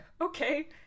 Okay